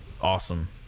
awesome